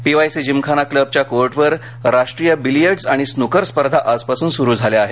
PYC gymkhana क्लबच्या कोर्टवर राष्ट्रीय बिलियर्डस आणि स्नुकर स्पर्धा आजपासुन सुरु झाल्या आहेत